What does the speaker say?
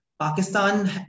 Pakistan